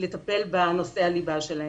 לטפל בנושא הליבה שלהם.